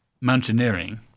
mountaineering